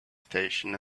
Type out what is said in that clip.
station